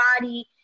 body